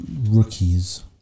rookies